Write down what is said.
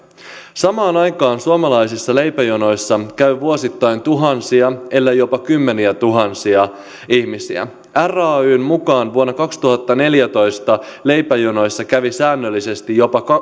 samaan aikaan suomalaisissa leipäjonoissa käy vuosittain tuhansia ellei jopa kymmeniätuhansia ihmisiä rayn mukaan vuonna kaksituhattaneljätoista leipäjonoissa kävi säännöllisesti jopa